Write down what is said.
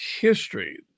history